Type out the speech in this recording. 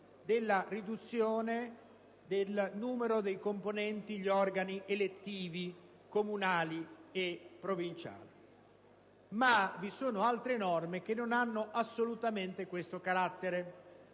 della riduzione del numero dei componenti degli organi elettivi comunali e provinciali - ma ve ne sono altre che non hanno assolutamente questo carattere.